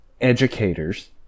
educators